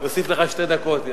אני אוסיף לך שתי דקות.